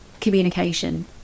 communication